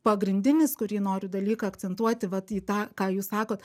pagrindinis kurį noriu dalyką akcentuoti vat į tą ką jūs sakot